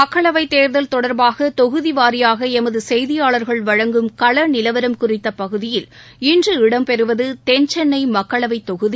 மக்களவைத் தேர்தல் தொடர்பாக தொகுதி வாரியாக எமது செய்தியாளர்கள் வழங்கும் கள நிலவரம் குறித்த பகுதியில் இன்று இடம்பெறுவது தென்சென்னை மக்களவைத் தொகுதி